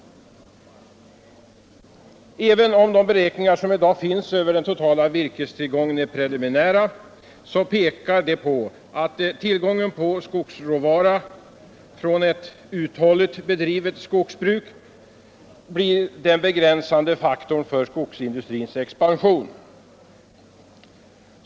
Även om de beräkningar som i dag finns över den totala virkestillgången är preliminära, pekar de på att tillgången på skogsråvara från ett uthålligt bedrivet skogsbruk blir den begränsande faktorn för skogsindustrins expansion.